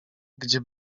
gdzie